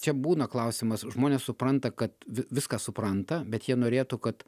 čia būna klausimas žmonės supranta kad vi viską supranta bet jie norėtų kad